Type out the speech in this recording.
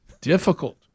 Difficult